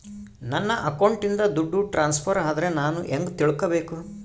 ನನ್ನ ಅಕೌಂಟಿಂದ ದುಡ್ಡು ಟ್ರಾನ್ಸ್ಫರ್ ಆದ್ರ ನಾನು ಹೆಂಗ ತಿಳಕಬೇಕು?